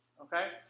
okay